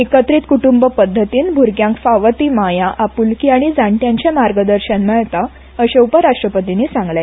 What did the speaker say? एकत्रित कुट्रंब पध्दतीन भुरग्यांक फावो ती माया आप्लकी आनी जाण्ट्यांचे मार्गदर्शन मेळटा अशे उपराष्ट्रतींनी सांगले